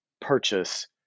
purchase